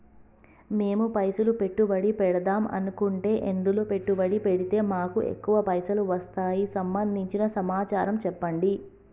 మేము పైసలు పెట్టుబడి పెడదాం అనుకుంటే ఎందులో పెట్టుబడి పెడితే మాకు ఎక్కువ పైసలు వస్తాయి సంబంధించిన సమాచారం చెప్పండి?